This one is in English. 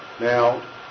Now